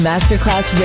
Masterclass